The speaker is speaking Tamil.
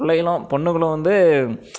பிள்ளைகளும் பொண்ணுங்களும் வந்து